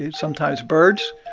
sometimes birds,